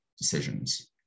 decisions